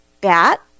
bat